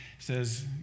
says